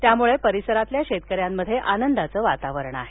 यामुळे परिसरातल्या शेतकऱ्यांमध्ये आनंदाचं वातावरण आहे